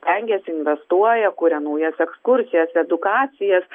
stengiasi investuoja kuria naujas ekskursijas edukacijas